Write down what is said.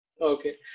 Okay